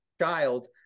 child